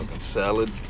salad